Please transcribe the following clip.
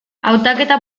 hautaketa